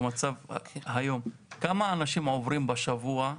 כמה אנשים עוברים בשבוע,